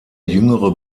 jüngere